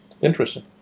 interesting